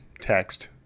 text